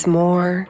more